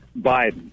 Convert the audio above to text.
Biden